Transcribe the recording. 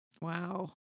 Wow